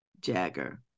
Jagger